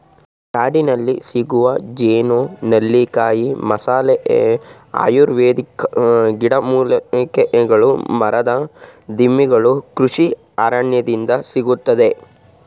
ಕಾಡಿನಲ್ಲಿಸಿಗುವ ಜೇನು, ನೆಲ್ಲಿಕಾಯಿ, ಮಸಾಲೆ, ಆಯುರ್ವೇದಿಕ್ ಗಿಡಮೂಲಿಕೆಗಳು ಮರದ ದಿಮ್ಮಿಗಳು ಕೃಷಿ ಅರಣ್ಯದಿಂದ ಸಿಗುತ್ತದೆ